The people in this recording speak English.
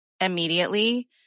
immediately